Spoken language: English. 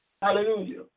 Hallelujah